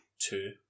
two